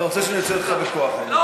אתה רוצה שאני אוציא אותך בכוח, אני מבין.